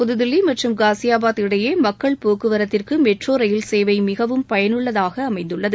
புதுதில்லி மற்றும் காசியாபாத் இடையே மக்கள் போக்குவரத்திற்கு மெட்ரோ ரயில் சேவை மிகவும் பயன் உள்ளதாக அமைந்துள்ளது